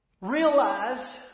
Realize